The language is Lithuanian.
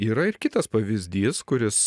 yra ir kitas pavyzdys kuris